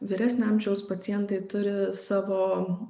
vyresnio amžiaus pacientai turi savo